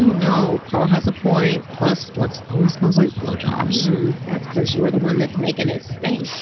know. paul has a point. plus, flux always smells like blowjobs that's because you're the one that's making it stank